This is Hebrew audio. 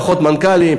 פחות מנכ"לים,